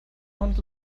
und